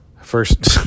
first